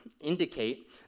indicate